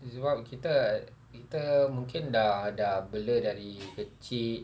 is what kita kita mungkin dah dah bela dari kecil